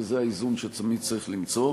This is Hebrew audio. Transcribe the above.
וזה האיזון שתמיד צריך למצוא.